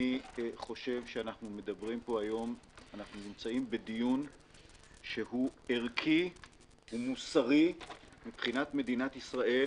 אני חושב שאנחנו נמצאים בדיון שהוא ערכי ומוסרי מבחינת מדינת ישראל,